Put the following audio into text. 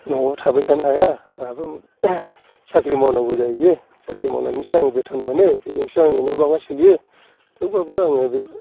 न'आव थाबाय थानो हाया आंहाबो साख्रि मावनांगौ जाहैयो साख्रि मावनानैसो आं बेथन मोनो बिजोंसो आंनि न' बां आं सोलियो थेवबाबो आङो